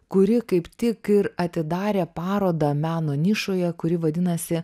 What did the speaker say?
kuri kaip tik ir atidarė parodą meno nišoje kuri vadinasi